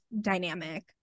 dynamic